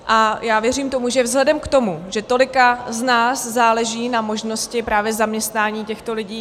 A já věřím tomu, že vzhledem k tomu, že tolika z nás záleží na možnosti právě zaměstnání těchto lidí